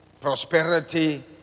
prosperity